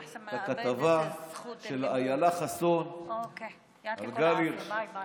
את הכתבה של אילה חסון על גל הירש.